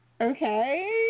Okay